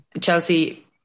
Chelsea